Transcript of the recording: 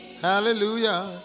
Hallelujah